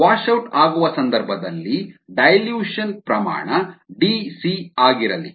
washout ಆಗುವ ಸಂದರ್ಭದಲ್ಲಿ dilution ಸಾರಗುಂದಿಸುವಿಕೆ ಪ್ರಮಾಣ Dc ಆಗಿರಲಿ